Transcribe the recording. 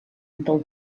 del